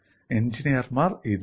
എഞ്ചിനീയർമാർ ഇത് ചെയ്യും